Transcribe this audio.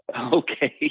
okay